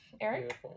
Eric